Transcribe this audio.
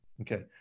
Okay